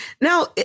Now